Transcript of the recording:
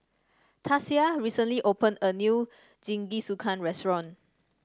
Tasia recently opened a new Jingisukan restaurant